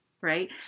right